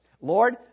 Lord